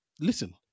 listen